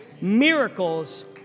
Miracles